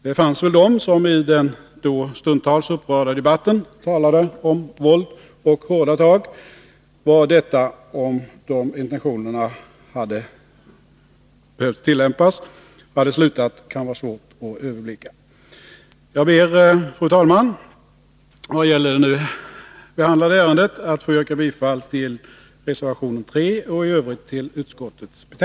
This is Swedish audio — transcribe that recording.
Det fanns väl de som i den stundtals Nr 145 upprörda debatten talade om våld och hårda tag. Var detta, om de Onsdagen den intentionerna behövt följas, hade slutat, kan vara svårt att överblicka. 12 maj 1982 Vad gäller det ärende som nu behandlas ber jag, fru talman, att få yrka bifall till reservation 3 och ansluter mig i övrigt till vad utskottet anfört.